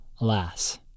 Alas